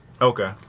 Okay